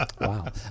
Wow